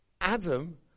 Adam